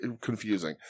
confusing